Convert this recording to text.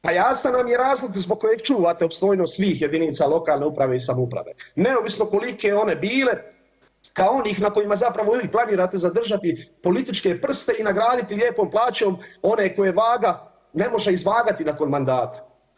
Pa jasan nam je razlog zbog kojeg čuvate opstojnost svih jedinica lokalne uprave i samouprave neovisno kolike one bile kao onih na kojima zapravo i vi planirate zadržati političke prste i nagraditi lijepom plaćom one koje vaga ne može izvagati nakon mandata.